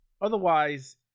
Otherwise